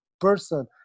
person